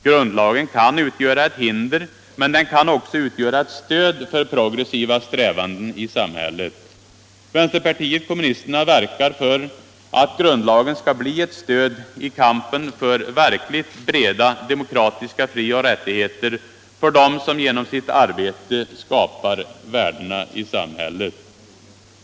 Grundlagen kan utgöra ett hinder, men den kan också utgöra ett stöd för progressiva strävanden i samhället. Vänsterpartiet kommunisterna verkar för att grundlagen skall bli ett stöd i kampen för verkligt breda demokratiska frioch rättigheter för dem som genom sitt arbete skapar värdena i samhället.